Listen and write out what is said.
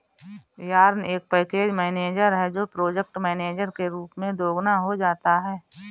yarn एक package manager है जो प्रोजेक्ट मैनेजर के रूप में दोगुना हो जाता है